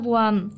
one